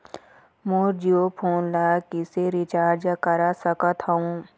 मोर Jio phone ला किसे recharge करा सकत हवं?